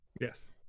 yes